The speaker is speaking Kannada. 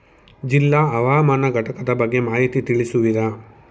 ಜಿಲ್ಲಾ ಹವಾಮಾನ ಘಟಕದ ಬಗ್ಗೆ ಮಾಹಿತಿ ತಿಳಿಸುವಿರಾ?